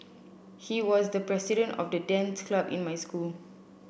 he was the president of the dance club in my school